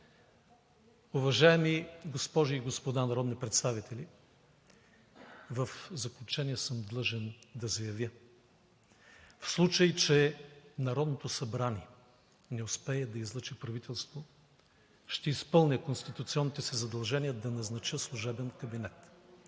Уважаеми госпожи и господа народни представители, в заключение съм длъжен да заявя, в случай че Народното събрание не успее да излъчи правителство, ще изпълня конституционните си задължения да назнача служебен кабинет.